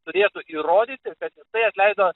turėtų įrodyti kad jisai atleido